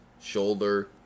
shoulder